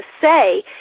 say